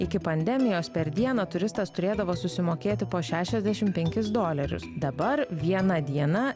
iki pandemijos per dieną turistas turėdavo susimokėti po šešiasdešimt penkis dolerius dabar viena diena